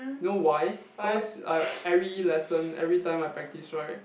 you know why cause I every lesson every time I practice right